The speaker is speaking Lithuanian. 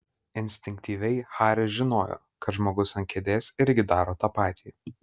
instinktyviai haris žinojo kad žmogus ant kėdės irgi daro tą patį